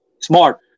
smart